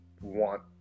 want